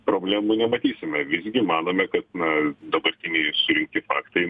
problemų nematysime visgi manome kad na dabartiniai surinkti faktai